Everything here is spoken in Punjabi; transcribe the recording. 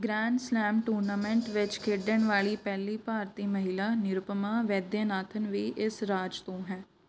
ਗਰੈਂਡ ਸਲੈਮ ਟੂਰਨਾਮੈਂਟ ਵਿੱਚ ਖੇਡਣ ਵਾਲੀ ਪਹਿਲੀ ਭਾਰਤੀ ਮਹਿਲਾ ਨਿਰੂਪਮਾ ਵੈਦਿਆਨਾਥਨ ਵੀ ਇਸ ਰਾਜ ਤੋਂ ਹੈ